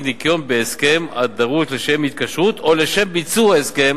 ניכיון בהסכם הדרוש לשם התקשרות או לשם ביצוע הסכם